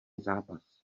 zápas